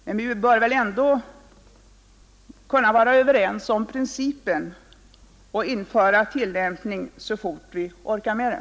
Men vi bör väl ändå kunna vara överens om principen och börja tillämpa den så fort vi orkar med det.